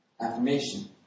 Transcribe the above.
Affirmation